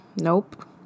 Nope